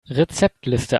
rezeptliste